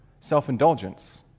Self-indulgence